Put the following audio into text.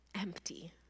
empty